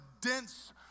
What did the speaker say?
dense